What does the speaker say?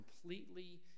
completely